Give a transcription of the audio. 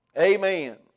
Amen